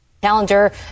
calendar